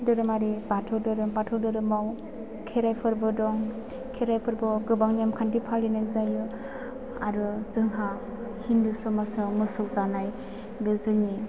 धोरोमारि बाथौ धोरोम बाथौ धोरोमाव खेराय फोरबो दं खेराय फोरबोआव गोबां नेमखान्थि फालिनाय जायो आरो जोंहा हिन्दु समाजाव मोसौ जानाय बे जोंनि